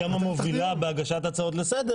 זאת, העמדה הזאת